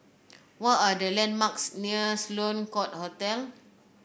what are the landmarks near Sloane Court Hotel